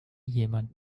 jemand